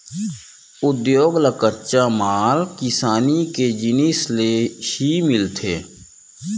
उद्योग ल कच्चा माल किसानी के जिनिस ले ही मिलथे